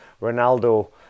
Ronaldo